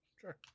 Sure